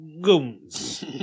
goons